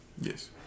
Yes